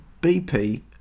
BP